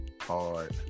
hard